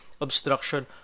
obstruction